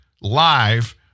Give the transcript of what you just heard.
live